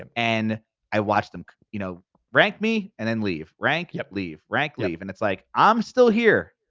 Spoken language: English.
um and i watched them you know rank me and then leave, rank, yeah leave, rank, leave, and it's like, i'm still here,